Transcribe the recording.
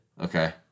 Okay